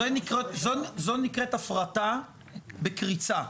זו נקראת הפרטה בקריצה.